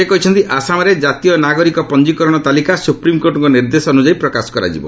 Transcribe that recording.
ସେ କହିଛନ୍ତି ଆସାମରେ ଜାତୀୟ ନାଗରିକ ପଞ୍ଜୀକରଣ ତାଲିକା ସ୍ୱପ୍ରିମ୍କୋର୍ଟଙ୍କ ନିର୍ଦ୍ଦେଶ ଅନ୍ଦଯାୟୀ ପ୍ରକାଶ କରାଯିବ